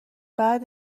بعد